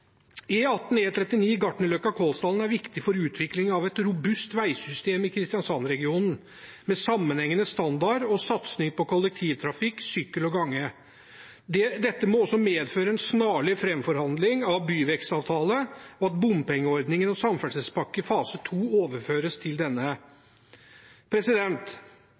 er viktig for utvikling av et robust veisystem i Kristiansands-regionen, med sammenhengende standard og satsing på kollektivtrafikk, sykkel og gange. Dette må også medføre en snarlig framforhandling av byvekstavtale og at bompengeordningen og Samferdselspakke fase 2 overføres til denne.